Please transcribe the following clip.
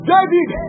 David